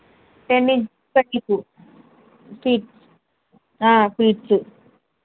ten inches వెడల్పు feets ఫీట్సు